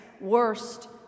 worst